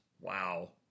Wow